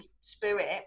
spirit